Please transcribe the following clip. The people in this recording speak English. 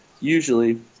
usually